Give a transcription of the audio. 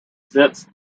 sitz